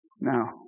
Now